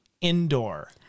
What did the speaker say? indoor